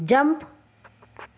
jump